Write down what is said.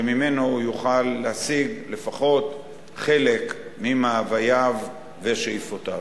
שממנו הוא יוכל להשיג לפחות חלק ממאווייו ושאיפותיו.